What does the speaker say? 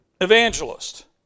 evangelist